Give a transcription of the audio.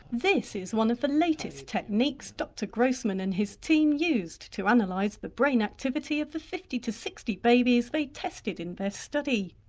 this is one of the latest techniques dr grossman and his team used to analyse and like the brain activity of the fifty to sixty babies they tested in their study.